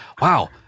wow